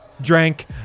drank